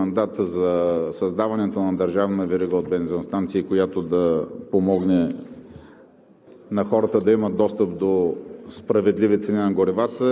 едно от нашите предложения през този мандат – създаването на държавна верига от бензиностанции, която да помогне